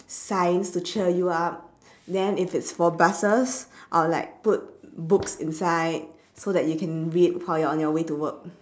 signs to cheer you up then if it's for buses I'll like put books inside so that you can read while you're on your way to work